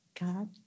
God